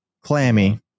clammy